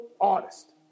artist